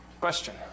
Question